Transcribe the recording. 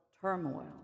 turmoil